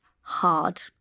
hard